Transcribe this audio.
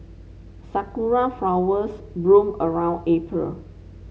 sakura flowers bloom around April